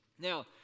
Now